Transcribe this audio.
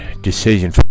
decision